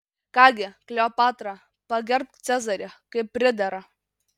ką gi kleopatra pagerbk cezarį kaip pridera